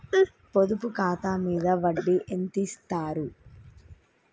పొదుపు ఖాతా మీద వడ్డీ ఎంతిస్తరు?